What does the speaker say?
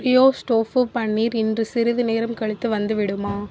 ப்ரியோஸ் tofu paneer இன்று சிறிது நேரம் கழித்து வந்துவிடுமா